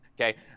okay